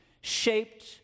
shaped